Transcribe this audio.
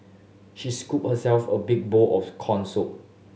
she scooped herself a big bowl of corn soup